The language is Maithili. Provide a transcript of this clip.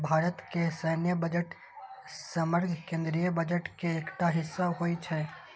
भारत मे सैन्य बजट समग्र केंद्रीय बजट के एकटा हिस्सा होइ छै